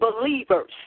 believers